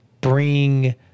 bring